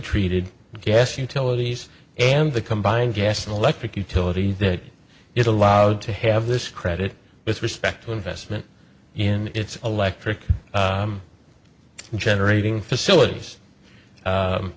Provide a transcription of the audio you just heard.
treated gas utilities and the combined gas and electric utility that is allowed to have this credit with respect to investment in its electric generating facilities